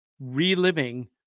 reliving